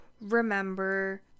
remember